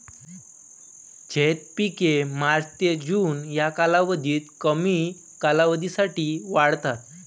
झैद पिके मार्च ते जून या कालावधीत कमी कालावधीसाठी वाढतात